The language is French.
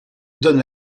donne